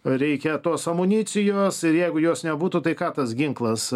reikia tos amunicijos ir jeigu jos nebūtų tai ką tas ginklas